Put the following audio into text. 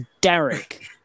Derek